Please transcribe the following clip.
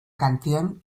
canción